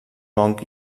gong